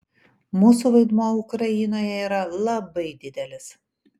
mūsų vaidmuo ukrainoje yra labai didelis